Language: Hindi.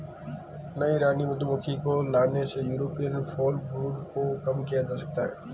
नई रानी मधुमक्खी को लाने से यूरोपियन फॉलब्रूड को कम किया जा सकता है